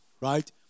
right